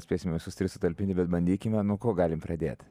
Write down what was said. spėsime visus tris sutalpinti bet bandykime nuo ko galime pradėt